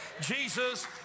Jesus